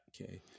Okay